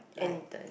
anytime